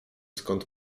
skąd